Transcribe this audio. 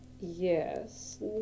Yes